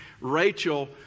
Rachel